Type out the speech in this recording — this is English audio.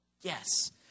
Yes